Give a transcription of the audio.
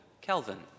Kelvin